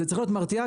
זה צריך להיות מרתיע,